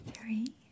three